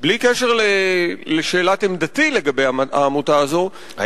בלי קשר לשאלת עמדתי לגבי העמותה הזאת,